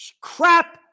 crap